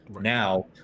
Now